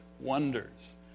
wonders